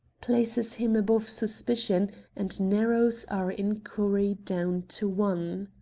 places him above suspicion and narrows our inquiry down to one.